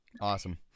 Awesome